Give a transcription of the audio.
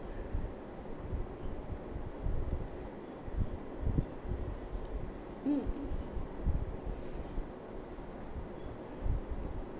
mm